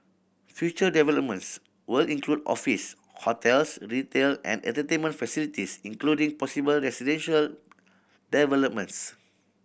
future developments will include office hotels retail and entertainment facilities including possible residential developments